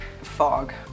fog